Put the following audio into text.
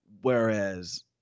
Whereas